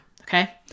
Okay